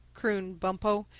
crooned bumpo.